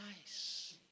nice